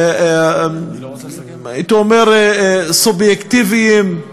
הייתי אומר, סובייקטיביים,